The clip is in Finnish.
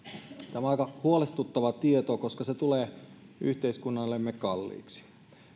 tämä on aika huolestuttava tieto koska se tulee yhteiskunnallemme kalliiksi